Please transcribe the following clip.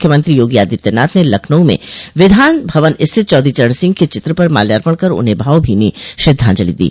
मुख्यमंत्री योगी आदित्यनाथ ने लखनऊ में विधान भवन स्थित चौधरी चरण सिंह के चित्र पर माल्यार्पण कर उन्हें भावभीनी श्रद्वाजंलि दी